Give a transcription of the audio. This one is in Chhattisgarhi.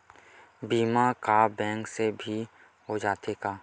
बीमा का बैंक से भी हो जाथे का?